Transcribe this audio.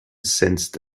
sensed